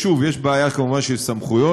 שוב, יש בעיה, כמובן, של סמכויות.